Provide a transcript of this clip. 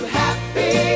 happy